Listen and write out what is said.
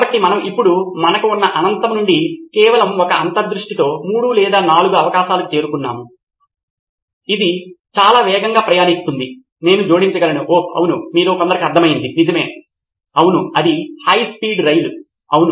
కాబట్టి రిపోజిటరీలో పాఠ్యపుస్తకం మరియు నోట్బుక్ ఒకే స్థలంలో ఉంచగల వ్యవస్థ ఉంటే మరియు పాఠ్యపుస్తకంలో నేను నా విషయం వ్రాస్తాను మరియు నోట్బుక్ అంటే మూల సమాచారము పంచుకోబడుతుంది మరియు విద్యార్థులు ఎడిటింగ్ చేస్తూ ఉంటారు లేదా ఆ మూలానికి విలువను జోడిస్తూ ఉంటారు ప్రతిఒక్కరికీ సాధారణంగా భాగస్వామ్యం చేయబడిన నోట్స్ భాగస్వామ్యం జరుగుతున్న పరిస్థితి